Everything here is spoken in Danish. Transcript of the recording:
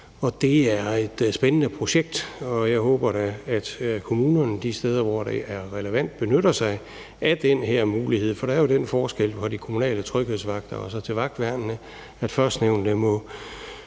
Det er et spændende projekt, og jeg håber da, at kommunerne, de steder, hvor det er relevant, benytter sig af den her mulighed. For der er jo den forskel på de kommunale tryghedsvagter og så til vagtværnene, at førstnævnte